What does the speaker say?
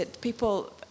People